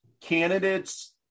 candidates